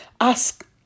ask